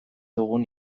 dugun